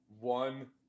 one